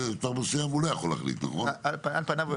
--- על פניו,